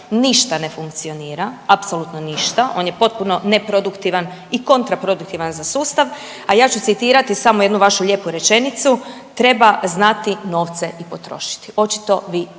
ništa ne funkcionira, apsolutno ništa, on je potpuno neproduktivan i kontraproduktivan za sustav, a ja ću citirati samo jednu vašu lijepu rečenicu. Treba znati novce potrošiti. Očito vi to